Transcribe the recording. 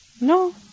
No